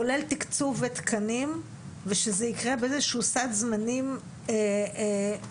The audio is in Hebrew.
כולל תקצוב ותקנים ושזה יקרה באיזה שהוא סד זמנים שבאמת